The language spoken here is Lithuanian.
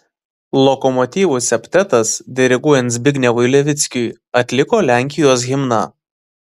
lokomotyvų septetas diriguojant zbignevui levickiui atliko lenkijos himną